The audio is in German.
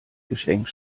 geschenk